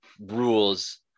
rules